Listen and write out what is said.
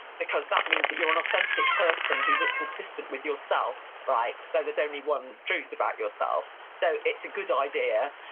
because that means that you're an authentic person who's consistent with yourself, right, so there's only one truth about yourself. so it's a good idea.